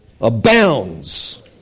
abounds